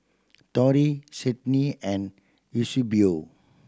Torey Cydney and Eusebio